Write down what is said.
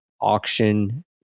auction